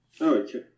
okay